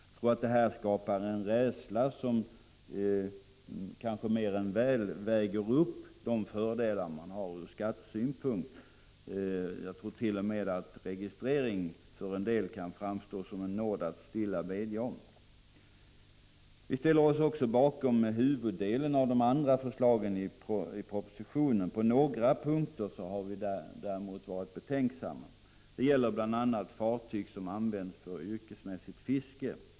Jag tror att detta skapar en rädsla som kanske mer än väl väger upp de fördelar vederbörande får ur skattesynpunkt. Jag tror till och med att registrering för en del framstår som en nåd att stilla bedja om. Vi ställer oss också bakom huvuddelen av de andra förslagen i propositionen. På några punkter har vi däremot varit betänksamma. Det gäller bl.a. fartyg som används för yrkesmässigt fiske.